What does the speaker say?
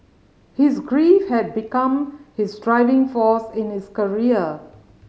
his grief had become his driving force in his career